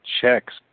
checks